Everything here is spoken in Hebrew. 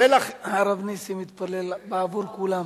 הרב נסים מתפלל בעבור כולם.